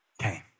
came